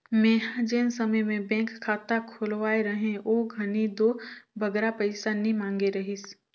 मेंहा जेन समे में बेंक खाता खोलवाए रहें ओ घनी दो बगरा पइसा नी मांगे रहिस